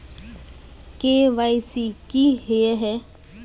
KYC की हिये है?